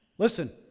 Listen